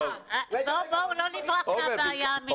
בואו לא נברח מהבעיה האמיתית.